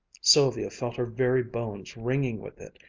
sylvia felt her very bones ringing with it.